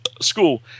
school